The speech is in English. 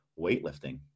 weightlifting